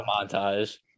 montage